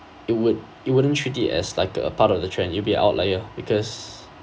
it would it wouldn't treat it as like a part of the trend it'll be outlier because